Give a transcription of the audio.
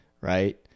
Right